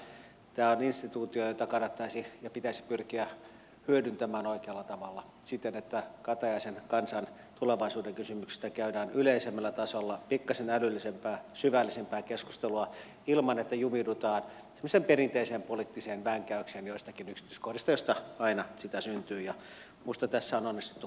tämä on instituutio jota kannattaisi ja pitäisi pyrkiä hyödyntämään oikealla tavalla siten että katajaisen kansan tulevaisuudenkysymyksistä käydään yleisemmällä tasolla pikkasen älyllisempää syvällisempää keskustelua ilman että jumiudutaan semmoiseen perinteiseen poliittiseen vänkäykseen joistakin yksityiskohdista joista aina sitä syntyy ja minusta tässä on onnistuttu kohtuullisen hyvin